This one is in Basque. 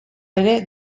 ere